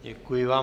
Děkuji vám.